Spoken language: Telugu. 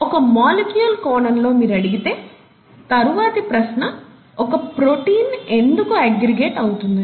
ఒక మాలిక్యూల్ కోణంలో మీరు అడిగే తరువాతి ప్రశ్న ఒక ప్రోటీన్ ఎందుకు అగ్రిగేట్ అవుతుందని